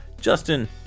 justin